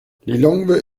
lilongwe